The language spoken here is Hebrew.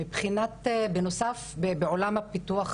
בנוסף בעולם הפיתוח